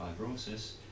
fibrosis